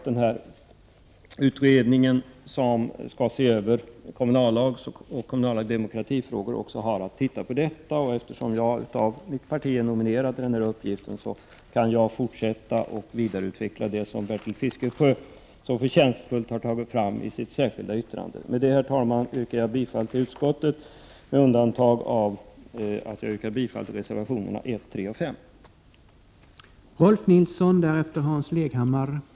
Den utredning som skall se över kommunallagsfrågor och kommunala demokratifrågor har att studera också detta spörsmål. Eftersom jag av mitt parti är nominerad att bevaka den frågan, kan jag vidareutveckla det som Bertil Fiskesjö så förtjänstfullt har framhållit i sitt särskilda yttrande. Med detta, herr talman, yrkar jag bifall till reservationerna 1, 3 och 5 och i övrigt bifall till utskottets hemställan.